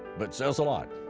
but says a lot,